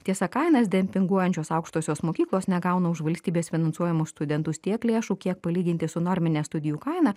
tiesa kainas dempinguojančios aukštosios mokyklos negauna už valstybės finansuojamus studentus tiek lėšų kiek palyginti su normine studijų kaina